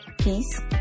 peace